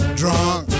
drunk